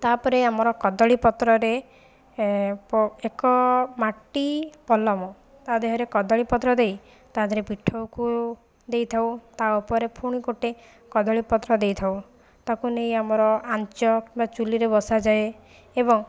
ତାପରେ ଆମର କଦଳି ପତ୍ରରେ ପ ଏକ ମାଟି ପଲମ ତା ଦେହରେ କଦଳିପତ୍ର ଦେଇ ତା ଦେହରେ ପିଠଉକୁ ଦେଇଥାଉ ତା ଉପରେ ପୁଣି ଗୋଟିଏ କଦଳିପତ୍ର ଦେଇଥାଉ ତାକୁ ନେଇ ଆମର ଆଞ୍ଚ କିମ୍ବା ଚୁଲିରେ ବସାଯାଏ ଏବଂ